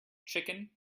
chicken